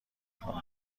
کنه